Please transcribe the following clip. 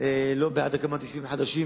אני לא בעד הקמת יישובים חדשים